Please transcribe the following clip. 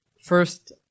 first